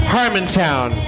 Harmontown